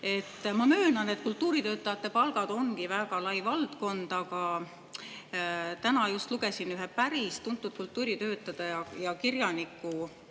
Ma möönan, et kultuuritöötajate palgad ongi väga lai [teema]. Täna just lugesin ühe päris tuntud kultuuritöötaja ja kirjaniku